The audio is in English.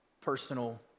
personal